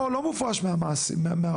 פה לא מופרש מהמועסק.